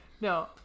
No